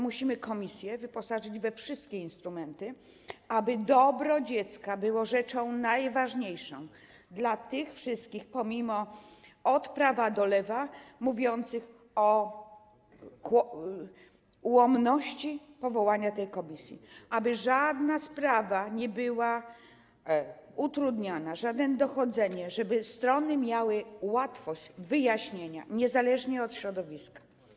Musimy tylko wyposażyć komisję we wszystkie instrumenty, aby dobro dziecka było rzeczą najważniejszą, jeżeli chodzi o tych wszystkich od prawa do lewa mówiących o ułomności powołania tej komisji, aby żadna sprawa nie była utrudniana, żadne dochodzenie, żeby strony miały łatwość wyjaśniania, niezależnie od środowiska.